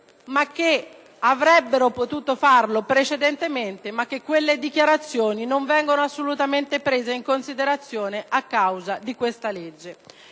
che avrebbero potuto farlo precedentemente, ma le cui dichiarazioni non vengono assolutamente prese in considerazione a causa di questa legge.